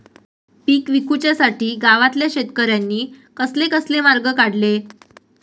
पीक विकुच्यासाठी गावातल्या शेतकऱ्यांनी कसले कसले मार्ग काढले?